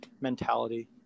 mentality